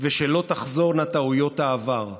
ושלא תחזורנה טעויות העבר.